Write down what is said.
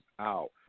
out